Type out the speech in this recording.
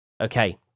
Okay